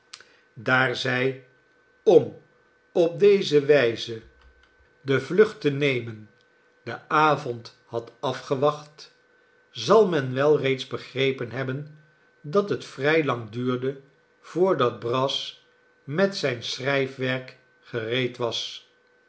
daar zij om op deze wijze de vlucht te nemen den avond had afgewacht zal men wel reeds begrepen hebben dat het vrij lang duurde voordat brass met zijn schrijfwerk gereed was